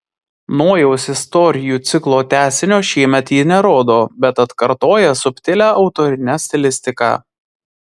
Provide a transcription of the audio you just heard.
nojaus istorijų ciklo tęsinio šiemet ji nerodo bet atkartoja subtilią autorinę stilistiką